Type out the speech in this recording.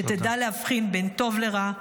שתדע להבחין בין טוב לרע,